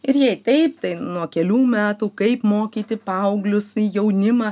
ir jei taip tai nuo kelių metų kaip mokyti paauglius jaunimą